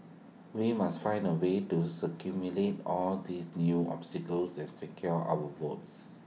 we must find A way to all these new obstacles and secure our votes